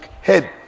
head